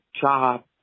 job